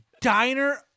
diner